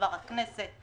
שהכנסת